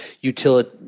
utility